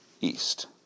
east